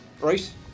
Right